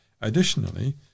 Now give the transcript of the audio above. Additionally